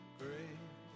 great